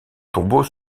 tombeau